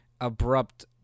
abrupt